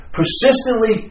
persistently